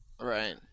Right